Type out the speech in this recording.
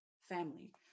family